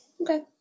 Okay